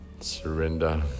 Surrender